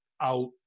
out